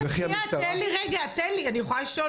שראיתי כשביקרתי שם יכולה לשמש